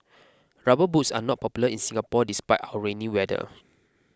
rubber boots are not popular in Singapore despite our rainy weather